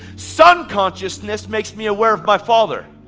son consciousness makes me aware of my father.